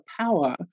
power